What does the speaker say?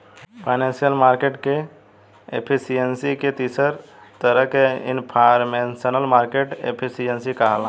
financial market के efficiency के तीसर तरह के इनफॉरमेशनल मार्केट एफिशिएंसी कहाला